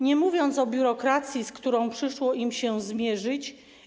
Nie mówiąc już o biurokracji, z którą przyszło im się zmierzyć.